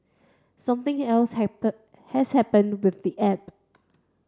something else has happened with the app